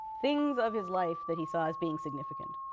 things of his life that he saw as being significant.